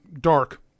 dark